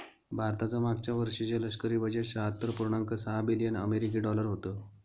भारताचं मागच्या वर्षीचे लष्करी बजेट शहात्तर पुर्णांक सहा बिलियन अमेरिकी डॉलर होतं